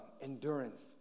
endurance